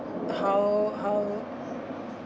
how how